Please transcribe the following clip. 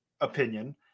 opinion